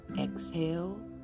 Exhale